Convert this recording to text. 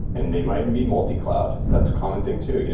and they might be multi-cloud. that's a common thing too. you know